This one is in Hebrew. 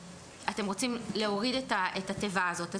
אתם רוצים להוריד את התיבה הזאת אז